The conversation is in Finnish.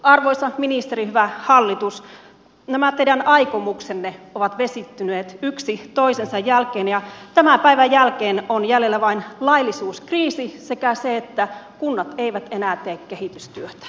arvoisa ministeri hyvä hallitus nämä teidän aikomuksenne ovat vesittyneet yksi toisensa jälkeen ja tämän päivän jälkeen on jäljellä vain laillisuuskriisi sekä se että kunnat eivät enää tee kehitystyötä